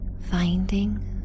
finding